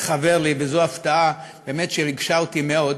התחוור לי, וזו הפתעה שבאמת ריגשה אותי מאוד,